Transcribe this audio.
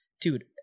dude